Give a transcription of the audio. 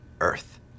Earth